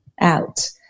out